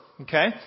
Okay